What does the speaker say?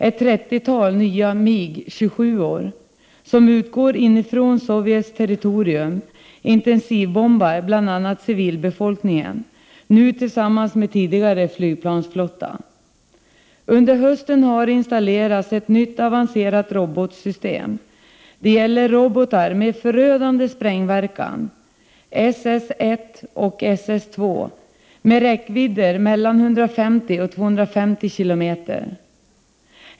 Ett trettiotal nya MIG 27-or, som utgår ifrån Sovjets territorium, intensivbombar nu, tillsammans med tidigare flygplansflotta, bl.a. civilbefolkningen. Under hösten har installerats ett nytt avancerat robotsystem. Det gäller robotar med förödande sprängverkan, SS-1 och SS-2, med räckvidder mellan 150 och 250 km.